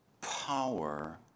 power